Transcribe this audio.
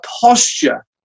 posture